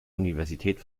universität